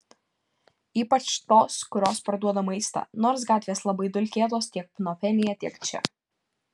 ypač tos kurios parduoda maistą nors gatvės labai dulkėtos tiek pnompenyje tiek čia